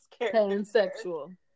pansexual